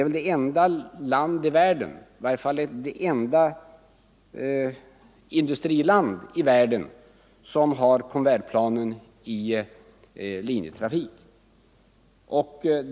Sverige är det enda industriland i världen som har Convairplan i linjetrafik.